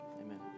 Amen